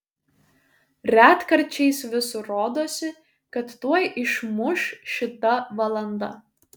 retkarčiais vis rodosi kad tuoj išmuš šita valanda